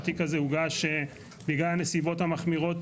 התיק הזה הוגש בגלל הנסיבות המחמירות